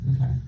Okay